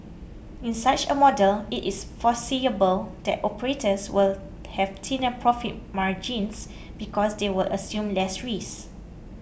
in such a model it is foreseeable that operators will have thinner profit margins because they will assume less risk